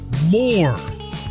more